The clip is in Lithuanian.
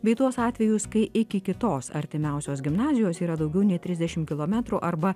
bei tuos atvejus kai iki kitos artimiausios gimnazijos yra daugiau nei trisdešim kilometrų arba